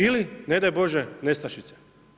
Ili, ne daj Bože nestašice.